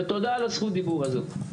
ותודה על זכות הדיבור הזאת.